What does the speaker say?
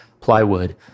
plywood